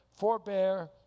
forbear